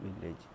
village